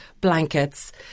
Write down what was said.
blankets